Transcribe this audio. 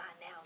now